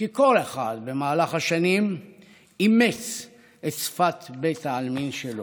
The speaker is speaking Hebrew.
כי כל אחד במהלך השנים אימץ את שפת בית העלמין שלו.